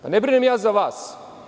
Ne brinem ja za vas.